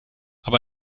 aber